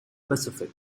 pacific